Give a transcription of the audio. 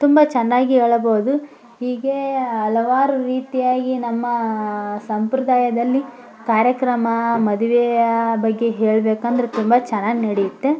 ತುಂಬ ಚೆನ್ನಾಗಿ ಹೇಳಬೋದು ಹೀಗೆ ಹಲವಾರು ರೀತಿಯಾಗಿ ನಮ್ಮ ಸಂಪ್ರದಾಯದಲ್ಲಿ ಕಾರ್ಯಕ್ರಮ ಮದುವೆಯ ಬಗ್ಗೆ ಹೇಳ್ಬೇಕಂದ್ರೆ ತುಂಬ ಚೆನ್ನಾಗಿ ನಡೆಯುತ್ತೆ